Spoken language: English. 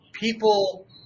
people